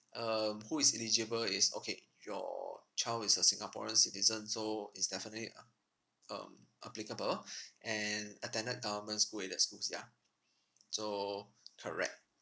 um who is eligible is okay your child is a singaporean citizen so it's definitely a~ um applicable and attended government school at the schools ya so correct